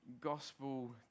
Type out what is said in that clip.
gospel